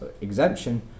exemption